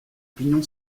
pignon